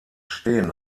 stehen